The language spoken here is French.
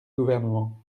gouvernement